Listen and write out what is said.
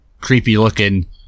creepy-looking